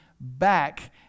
back